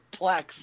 Plex